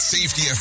Safety